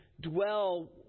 dwell